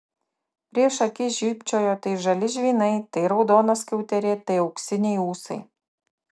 prieš akis žybčiojo tai žali žvynai tai raudona skiauterė tai auksiniai ūsai